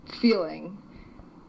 feeling